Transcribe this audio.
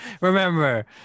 Remember